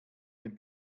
dem